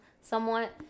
somewhat